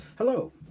Hello